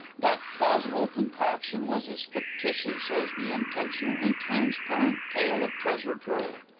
that plausible concoction was as fictitious as the intentionally transparent tale of treasure trove.